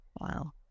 Wow